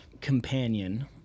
companion